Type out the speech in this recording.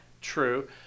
True